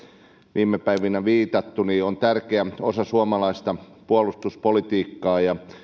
viime päivinä viitattu ovat tärkeä osa suomalaista puolustuspolitiikkaa